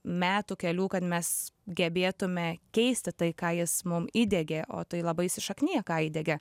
metų kelių kad mes gebėtume keisti tai ką jis mum įdiegė o tai labai įsišaknija ką įdiegia